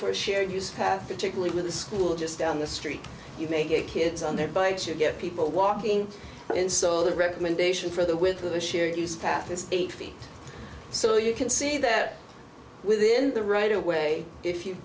for shared use have particularly with the school just down the street you may get kids on their bikes you get people walking in so the recommendation for the with a shared use path and eight feet so you can see that within the right away if you